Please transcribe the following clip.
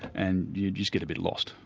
and you just get a bit lost.